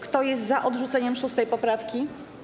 Kto jest za odrzuceniem 6. poprawki?